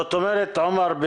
עומר,